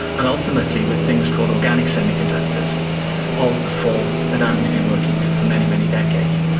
and ultimately with things called organic semiconductors of the four that andy has been working with for many, many decades.